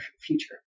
future